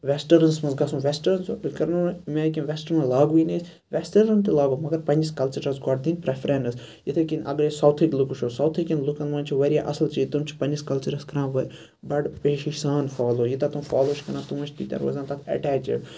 وٮ۪سٹرنَس مَنٛز گَژھُن وٮ۪سٹرن لاگوٕے نہٕ أسۍ وٮ۪سٹرن تہِ لاگوٗ مَگَر پَننِس کَلچَرَس گۄڈٕ دِن پرٮ۪فرنٕس یِتھےکٔنۍ اَگَر أسۍ ساوتھٕ کٮ۪ن لُکھ وٕچھو ساوتھٕ کٮ۪ن لُکَن مَنٛز چھُ واریاہ اَصل چیٖز تِم چھِ پَنُن کَلچَرَس کَران بَڑٕ پیشنہٕ سان فالو یوٗتاہ تِم فالو چھِ کَران تیٖتیاہ چھِ تِم روزان اٮ۪ٹیچِڈ